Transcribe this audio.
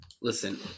Listen